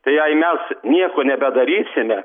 tai jei mes nieko nebedarysime